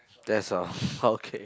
that's all okay